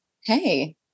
hey